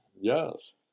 Yes